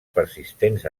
persistents